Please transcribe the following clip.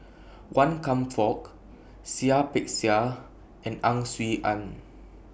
Wan Kam Fook Seah Peck Seah and Ang Swee Aun